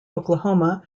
oklahoma